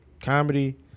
comedy